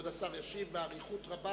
כבוד השר ישיב באריכות רבה,